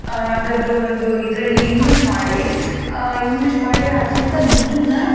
ಯಾವ್ದಾದ್ರೂ ಒಂದು ಇದ್ರಲ್ಲಿ ಇನ್ವೆಸ್ಟ್ ಮಾಡಿ ಇನ್ವೆಸ್ಟ್ ಮಾಡಿ ಅದರಿಂದ ದುಡ್ಡನ್ನು